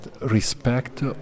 respect